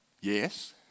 yes